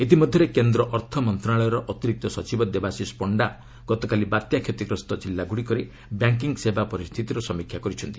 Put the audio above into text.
ଇତିମଧ୍ୟରେ କେନ୍ଦ୍ର ଅର୍ଥ ମନ୍ତ୍ରଣାଳୟର ଅତିରିକ୍ତ ସଚିବ ଦେବାଶିଷ ପଣ୍ଡା ଗତକାଲି ବାତ୍ୟା କ୍ଷତିଗ୍ରସ୍ତ ଜିଲ୍ଲାଗୁଡ଼ିକରେ ବ୍ୟାଙ୍କିଙ୍ଗ୍ ସେବା ପରିସ୍ଥିତିର ସମୀକ୍ଷା କରିଛନ୍ତି